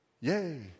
Yay